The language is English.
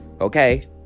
okay